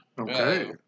Okay